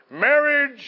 Marriage